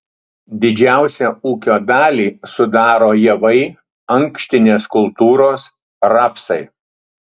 didžiausią ūkio dalį sudaro javai ankštinės kultūros rapsai